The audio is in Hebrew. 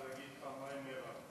אתה צריך להגיד פעמיים מירב.